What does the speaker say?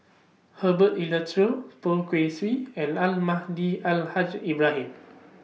Herbert Poh Kay Swee and Almahdi Al Haj Ibrahim